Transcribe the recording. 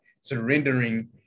surrendering